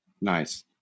nice